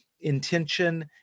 intention